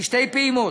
בשתי פעימות.